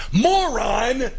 moron